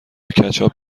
کچاپ